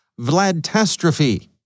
Vlad-tastrophe